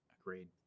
Agreed